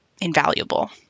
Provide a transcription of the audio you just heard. invaluable